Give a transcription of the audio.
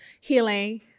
healing